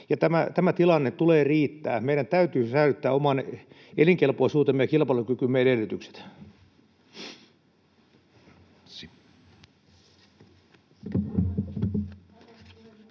tämän tilanteen tulee riittää. Meidän täytyy säilyttää oman elinkelpoisuutemme ja kilpailukykymme edellytykset.